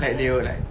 like they will like